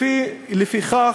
לפיכך,